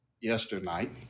yesternight